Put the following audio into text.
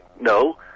no